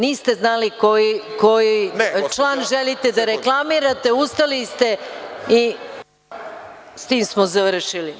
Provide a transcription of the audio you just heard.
Niste znali koji član želite da reklamirate, ustali ste i s tim smo završili.